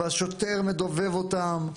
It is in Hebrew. והשוטר מדובב אותם.